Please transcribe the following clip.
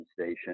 station